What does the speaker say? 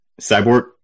Cyborg